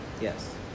Yes